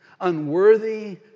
unworthy